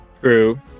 true